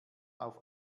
auf